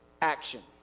action